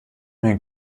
hängt